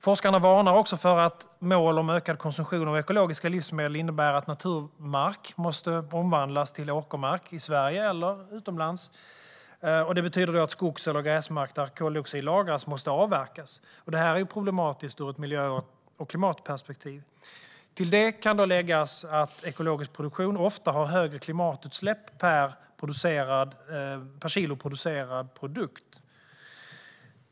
Forskarna varnar också för att mål om ökad konsumtion av ekologiska livsmedel innebär att naturmark måste omvandlas till åkermark i Sverige eller utomlands. Det betyder då att skogs eller gräsmark där koldioxid lagras måste avverkas. Det är problematiskt ur ett miljö och klimatperspektiv. Till det kan läggas att ekologisk produktion ofta har högre klimatutsläpp per kilo producerad produkt.